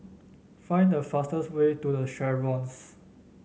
find the fastest way to The Chevrons